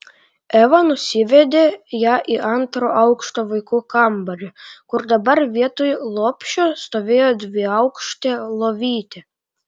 eva nusivedė ją į antro aukšto vaikų kambarį kur dabar vietoj lopšio stovėjo dviaukštė lovytė